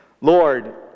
Lord